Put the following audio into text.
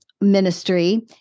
ministry